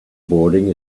boarding